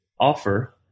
offer